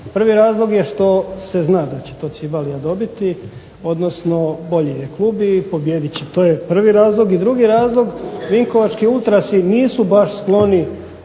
Prvi razlog je što se zna da će to Cibalia dobiti, odnosno bolji je klub i pobijedit će, to je prvi razlog. I drugi razlog, Vinkovački Ultrasi nisu baš skloni